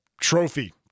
trophy